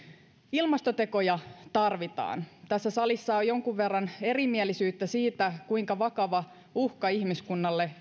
ilmastotekoja tarvitaan tässä salissa on jonkun verran erimielisyyttä siitä kuinka vakava uhka ihmiskunnalle